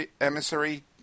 Emissary